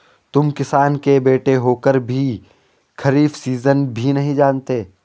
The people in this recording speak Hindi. तुम किसान के बेटे होकर भी खरीफ सीजन भी नहीं जानते